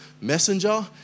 messenger